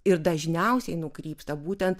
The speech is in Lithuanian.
ir dažniausiai nukrypsta būtent